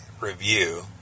review